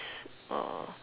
oh